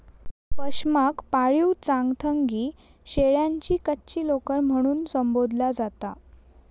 पशमाक पाळीव चांगथंगी शेळ्यांची कच्ची लोकर म्हणून संबोधला जाता